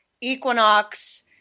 Equinox